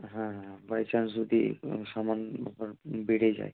হ্যাঁ হ্যাঁ by chance যদি সামান আপনার বেড়ে যায়